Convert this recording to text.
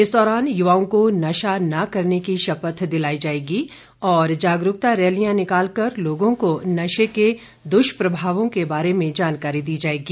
इस दौरान युवाओं को नशा न करने की शपथ दिलाई जाएगी और जागरूकता रैलियां निकालकर लोगों को नशे के दुष्प्रभावों के बारे जानकारी दी जाएगी